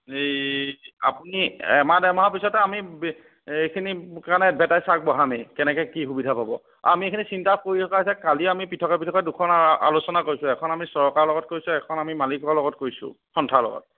এই আপুনি এমাহ দেৰমাহৰ পিছতে আমি এইখিনি কাৰণে এডভেৰটাইজ আগবঢ়ামেই কেনেকৈ কি সুবিধা পাব আমি এইখিনি চিন্তা কৰি থকা হৈছে কালি আমি পৃথক পৃথকে দুখন আ আলোচনা কৰিছোঁ এখন আমি চৰকাৰৰ লগত কৰিছোঁ এখন আমি মালিকৰ লগত কৰিছোঁ সন্থাৰ লগত